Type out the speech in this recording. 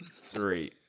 three